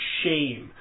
shame